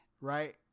right